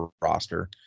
roster